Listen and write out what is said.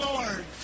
Lord